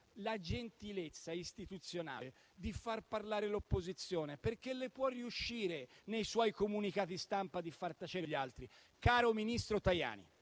la gentilezza istituzionale di far parlare l'opposizione, perché le può riuscire, nei suoi comunicati stampa, di far tacere gli altri. Caro ministro Tajani,